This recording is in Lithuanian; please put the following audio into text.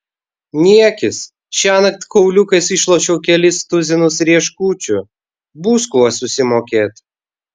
niekis šiąnakt kauliukais išlošiau kelis tuzinus rieškučių bus kuo susimokėt